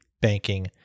banking